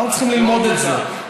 אנחנו צריכים ללמוד את זה.